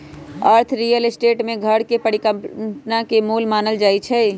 अर्थ real estate में घर के परिकल्पना के मूल मानल जाई छई